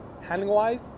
handling-wise